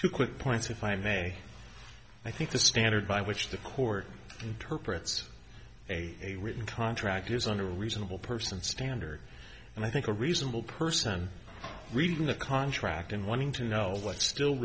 two quick points if i may i think the standard by which the court interprets a written contract is under a reasonable person standard and i think a reasonable person reading the contract and wanting to know what still